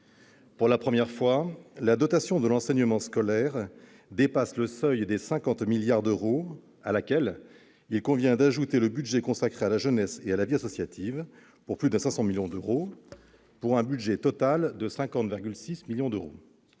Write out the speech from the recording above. Pour la première fois, la dotation de l'enseignement scolaire dépasse le seuil des 50 milliards d'euros. Il convient d'y ajouter le budget consacré à la jeunesse et à la vie associative pour plus de 500 millions d'euros, ce qui représente un budget total de 50,6 milliards d'euros.